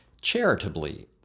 charitably